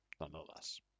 nonetheless